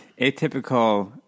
Atypical